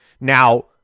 Now